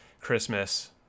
Christmas